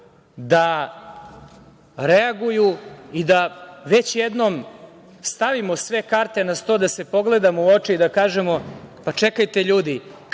da reaguju i da već jednom stavimo sve karte na sto, da se pogledamo u oči i da kažemo – pa čekajte, ljudi,